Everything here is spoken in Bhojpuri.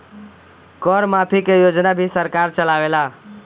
कर माफ़ी के योजना भी सरकार चलावेला